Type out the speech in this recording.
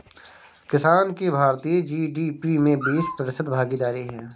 किसान की भारतीय जी.डी.पी में बीस प्रतिशत भागीदारी है